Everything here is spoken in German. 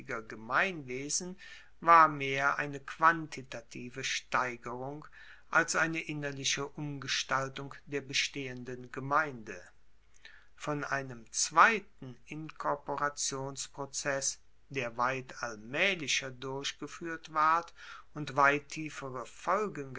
gemeinwesen war mehr eine quantitative steigerung als eine innerliche umgestaltung der bestehenden gemeinde von einem zweiten inkorporationsprozess der weit allmaehlicher durchgefuehrt ward und weit tiefere folgen